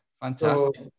fantastic